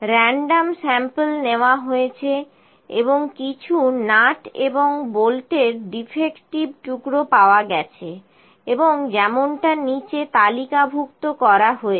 Raw. ন্ডম sample নেওয়া হয়েছে এবং কিছু নাট এবং বোল্টের ডিফেক্টিভ টুকরো পাওয়া গেছে এবং যেমনটা নিচে তালিকাভুক্ত করা হয়েছে